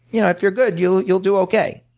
you know if you're good, you'll you'll do okay.